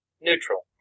Neutral